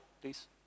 please